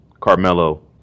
Carmelo